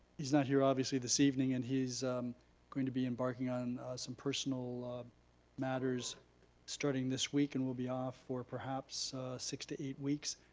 he's not here obviously this evening, and he's going to be embarking on some personal matters starting this week, and will be off for perhaps six to eight weeks.